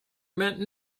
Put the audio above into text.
meant